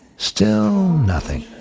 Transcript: still nothing.